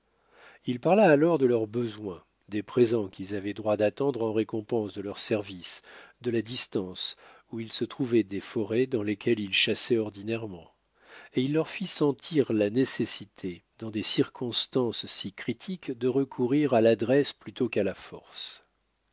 il parla alors de leurs besoins des présents qu'ils avaient droit d'attendre en récompense de leurs services de la distance où ils se trouvaient des forêts dans lesquelles ils chassaient ordinairement et il leur fit sentir la nécessité dans des circonstances si critiques de recourir à l'adresse plutôt qu'à la force